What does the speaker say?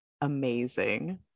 amazing